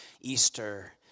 Easter